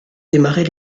démarrer